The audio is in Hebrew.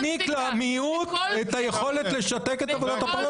היה מעניק למיעוט את היכולת לשתק את עבודת הפרלמנט.